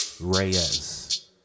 reyes